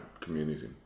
community